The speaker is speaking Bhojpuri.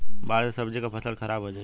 बाढ़ से सब्जी क फसल खराब हो जाई